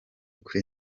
kuri